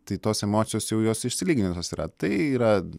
tai tos emocijos jau jos išsilyginusios yra tai yra